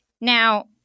Now